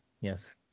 Yes